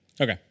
Okay